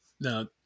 now